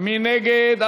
מי נגד?